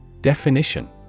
Definition